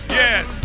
yes